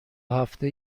هفته